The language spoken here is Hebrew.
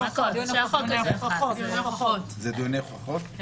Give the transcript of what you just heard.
כל הטיעונים לעונש אמורים להיות מכוסים בסעיף קטן (3).